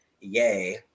yay